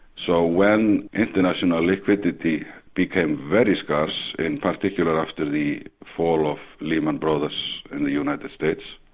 so when international liquidity became very scarce, in particular after the fall of lehman brothers in the united states,